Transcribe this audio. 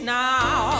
now